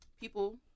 people